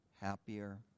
happier